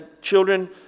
children